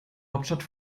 hauptstadt